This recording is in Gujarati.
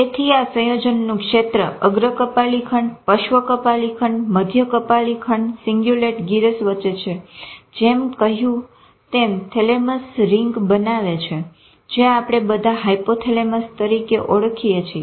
તેથી આ સંયોજનનું ક્ષેત્ર અગ્ર કપાલી ખંડ પર્શ્વ કપાલી ખંડ મધ્ય કપાલી ખંડ સીન્ગયુલેટ ગીરસ વચ્ચે છે જેમ કહ્યું જેમ કહ્યું તેમ થેલેમસ રીંગ બનાવે છે જે આપણે બધા હાયપોથેલેમસ તરીકે ઓળખીએ છીએ